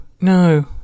no